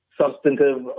substantive